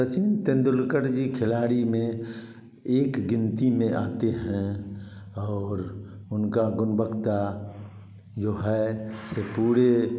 सचिन तेंदुलकर जी खिलाड़ी में एक गिनती में आते हैं और उनका गुणवत्ता जो है पूरे